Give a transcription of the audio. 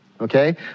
Okay